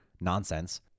nonsense